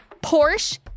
porsche